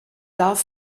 darf